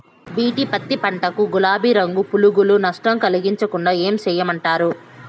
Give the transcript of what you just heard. BT పత్తి పంట కు, గులాబీ రంగు పులుగులు నష్టం కలిగించకుండా ఏం చేయమంటారు?